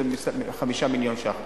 וזה 5 מיליון שקלים.